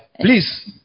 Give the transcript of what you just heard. please